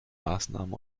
maßnahmen